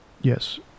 Yes